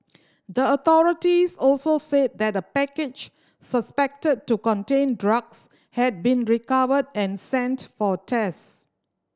the authorities also said that a package suspected to contain drugs had been recovered and sent for tests